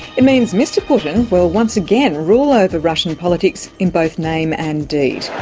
it means mr putin will once again rule over russian politics in both name and deed.